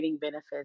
benefits